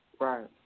Right